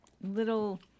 Little